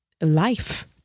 life